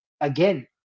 again